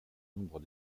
nombre